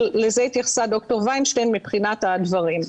אבל לזה התייחסה ד"ר ויינשטיין מבחינת הדברים.